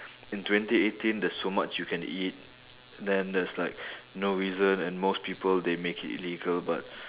in twenty eighteen there's so much you can eat then there's like no reason and most people they make it illegal but